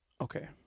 Okay